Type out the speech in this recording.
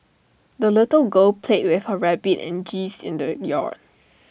the little girl played with her rabbit and geese in the yard